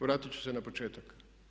Vratiti ću se na početak.